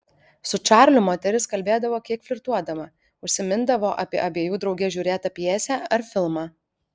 su čarliu moteris kalbėdavo kiek flirtuodama užsimindavo apie abiejų drauge žiūrėtą pjesę ar filmą